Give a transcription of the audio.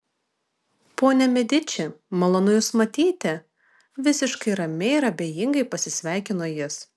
ponia mediči malonu jus matyti visiškai ramiai ir abejingai pasisveikino jis